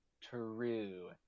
true